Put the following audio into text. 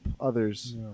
others